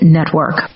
Network